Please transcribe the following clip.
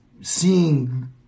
seeing